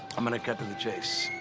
i'm going to cut to the chase.